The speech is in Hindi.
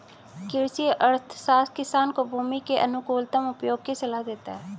कृषि अर्थशास्त्र किसान को भूमि के अनुकूलतम उपयोग की सलाह देता है